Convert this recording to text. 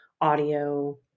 audio